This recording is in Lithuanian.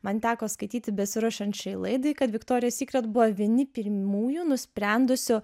man teko skaityti besiruošiant šiai laidai kad viktorija sykret buvo vieni pirmųjų nusprendusių